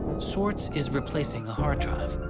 swartz is replacing a hard drive,